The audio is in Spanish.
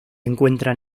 encuentran